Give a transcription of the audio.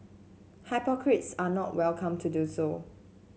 hypocrites are not welcome to do so